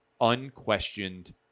unquestioned